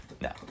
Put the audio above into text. No